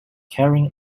caring